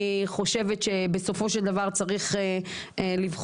אני חושבת שבסופו של דבר צריך לבחון,